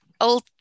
old